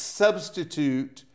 substitute